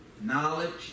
knowledge